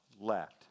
left